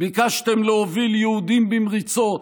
ביקשתם להוביל יהודים במריצות,